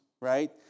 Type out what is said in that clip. right